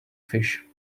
fish